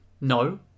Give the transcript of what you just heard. No